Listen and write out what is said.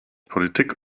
politik